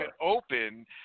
open